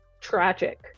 tragic